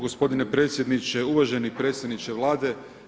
Gospodine predsjedniče, uvaženi predsjedniče Vlade.